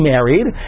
married